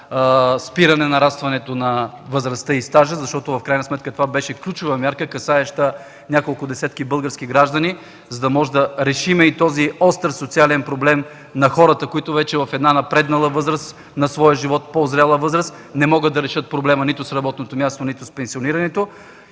спиране нарастването на възрастта и стажа. Защото в крайна сметка това беше ключова мярка, касаеща няколко десетки български граждани, за да можем да решим и този остър социален проблем на хората, които вече в една напреднала, по-зряла възраст на своя живот не могат да решат проблема нито с работното място, нито с пенсионирането.